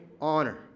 honor